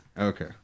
Okay